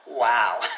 wow